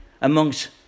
amongst